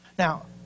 Now